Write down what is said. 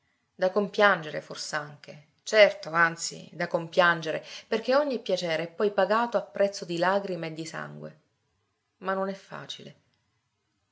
da compiangere fors'anche certo anzi da compiangere perché ogni piacere è poi pagato a prezzo di lagrime e di sangue ma non è facile